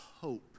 hope